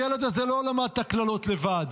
הילד הזה לא למד את הקללות לבד,